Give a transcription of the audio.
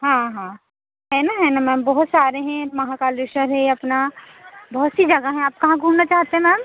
हाँ हाँ है ना है ना मैम बहुत सारे हें महाकालेश्वर है अपना बहुत सी जगह हैं आप कहाँ घूमना चाहते हैं मैम